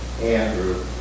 Andrew